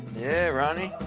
yeah ronnie,